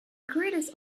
greatest